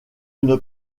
une